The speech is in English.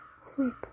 sleep